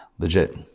Legit